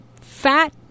fat